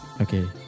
okay